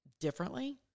differently